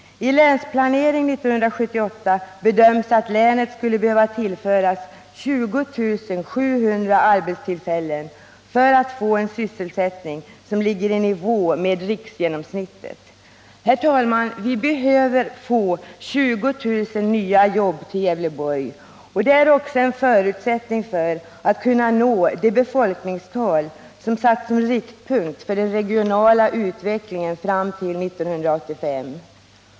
I Länsplanering 1978 bedöms att länet skulle behöva tillföras 20 700 arbetstillfällen för att få en sysselsättning som ligger i nivå med Herr talman! Vi behöver få 20 000 nya jobb till Gävleborg, och det är också en förutsättning för att kunna nå det befolkningstal som satts som riktpunkt för den regiona!a utvecklingen fram till 1985.